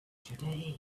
today